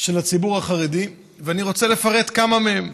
של הציבור החרדי, ואני רוצה לפרט כמה מהם.